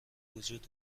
وجود